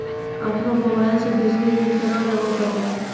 अपनो मोबाइल से बिजली बिल केना जमा करभै?